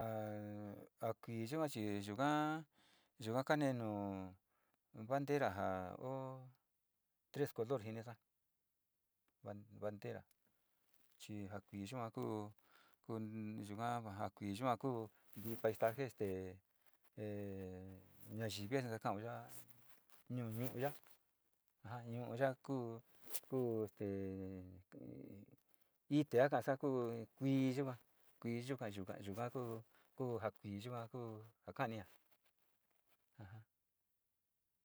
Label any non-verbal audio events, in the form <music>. A, kui yuka chi yuka kanii nu bandera ja o tres color jinisa, bandera, chi ja kui yua kuu, ku ni yuka ja kui kuu paisaje este e nayivi, xi ntasa kao ya'a, nu ñuu ya'a aja ñu'u ya'a ku ku este ku ite a ka ka'asa kuu kui yuka, yuka, yuka ku ja, kui yuka ku ia ka'ani jia. <hesitation>